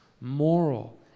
moral